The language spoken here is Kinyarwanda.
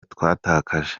twatakaje